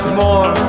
more